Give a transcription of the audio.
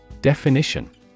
Definition